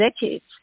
decades